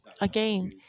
again